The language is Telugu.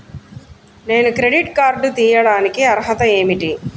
నేను క్రెడిట్ కార్డు తీయడానికి అర్హత ఏమిటి?